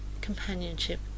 companionship